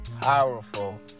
Powerful